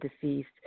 deceased